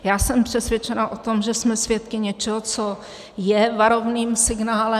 Já jsem přesvědčena o tom, že jsme svědky něčeho, co je varovným signálem.